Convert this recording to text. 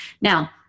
Now